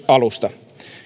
alusta